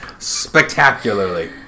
spectacularly